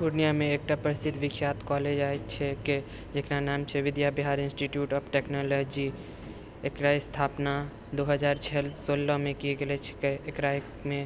पूर्णियामे एकटा प्रसिद्ध विख्यात कॉलेज अछि के जकरा नाम छै Vidya Vihar Institute of Technology एकरा स्थापना दू हजार सोलहमे की गेलऽ छिकै एहिमे